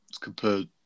compared